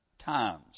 times